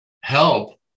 help